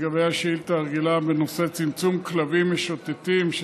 לגבי השאילתה הרגילה בנושא צמצום כלבים משוטטים,